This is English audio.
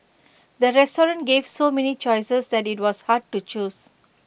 the restaurant gave so many choices that IT was hard to choose